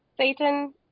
Satan